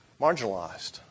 Marginalized